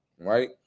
right